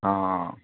ହଁ